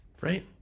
Right